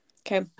Okay